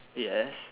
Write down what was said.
yes